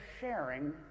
sharing